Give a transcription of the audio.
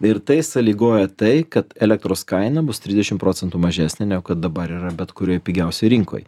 ir tai sąlygoja tai kad elektros kaina bus trisdešim procentų mažesnė negu kad dabar yra bet kurioj pigiausioj rinkoj